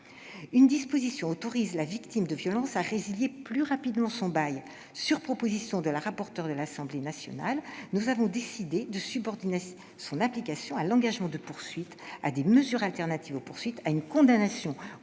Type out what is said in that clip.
Une disposition autorise la victime de violences à résilier plus rapidement son bail. Sur proposition de la rapporteure de l'Assemblée nationale, nous avons décidé de subordonner son application à l'engagement de poursuites, à des mesures de substitution aux poursuites, à une condamnation